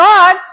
God